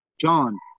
John